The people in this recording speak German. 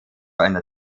einer